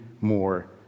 more